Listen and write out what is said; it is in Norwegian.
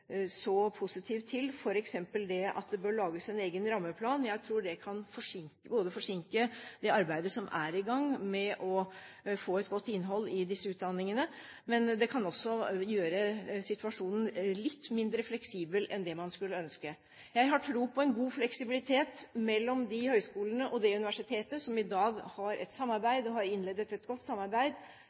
så positiv til, f.eks. at det bør lages en egen rammeplan. Jeg tror det kan forsinke det arbeidet som er i gang med å få et godt innhold i disse utdanningene. Det kan også gjøre situasjonen litt mindre fleksibel enn det man skulle ønske. Jeg har tro på en god fleksibilitet mellom de høyskolene og det universitetet som har innledet et godt samarbeid, som følger opp Stø kurs og